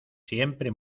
siempre